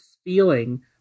Feeling